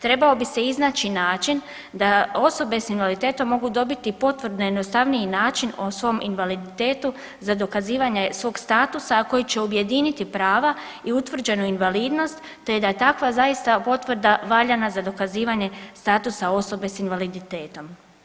Trebao bi se iznaći način da osobe s invaliditetom mogu dobiti potvrde na jednostavniji način o svom invaliditetu za dokazivanje svog statusa a koji će objediniti prava i utvrđenu invalidnost, te da je takva zaista potvrda valjana za dokazivanje statusa osobe s invaliditetom.